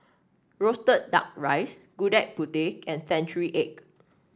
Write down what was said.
roasted duck rice Gudeg Putih and Century Egg